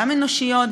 גם אנושיות,